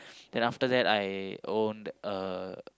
then after that I own a